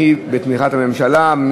בתמיכת הממשלה.